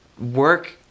work